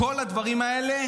כל הדברים האלה,